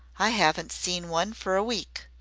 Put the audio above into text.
i haven't seen one for a week.